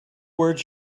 words